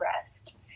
rest